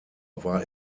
war